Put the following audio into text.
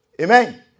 Amen